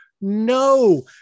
no